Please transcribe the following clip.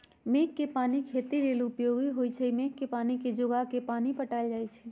मेघ कें पानी खेती लेल उपयोगी होइ छइ मेघ के पानी के जोगा के पानि पटायल जाइ छइ